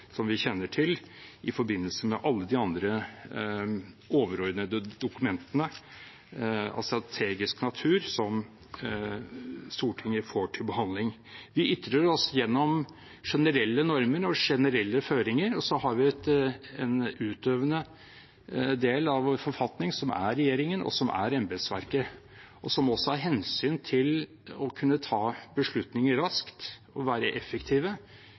som vi kjenner til, i forbindelse med alle de andre overordnede dokumentene av strategisk natur som Stortinget får til behandling. Vi ytrer oss gjennom generelle normer og generelle føringer, og så har vi en utøvende del av vår forfatning, som er regjeringen, og som er embetsverket. Også av hensyn til å kunne ta beslutninger raskt og være effektive,